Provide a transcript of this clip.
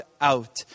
out